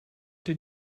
did